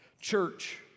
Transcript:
church